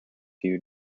few